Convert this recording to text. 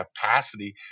capacity